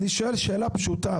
אני שואל שאלה פשוטה.